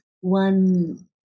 one